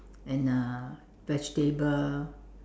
and uh vegetable